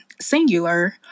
singular